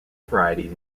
varieties